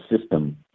system